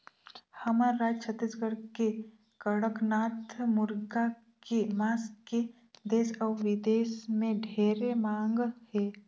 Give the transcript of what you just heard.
हमर रायज छत्तीसगढ़ के कड़कनाथ मुरगा के मांस के देस अउ बिदेस में ढेरे मांग हे